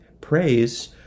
praise